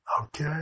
Okay